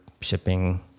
shipping